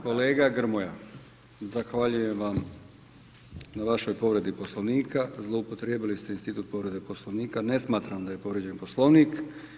Kolega Grmoja zahvaljujem vam na vašoj povredi Poslovnika, zloupotrijebili ste institut povrede Poslovnika, ne smatram da je povrijeđen Poslovnik.